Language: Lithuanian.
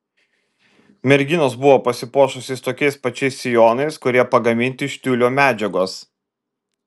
merginos buvo pasipuošusios tokiais pačiais sijonais kurie pagaminti iš tiulio medžiagos